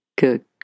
Good